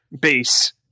base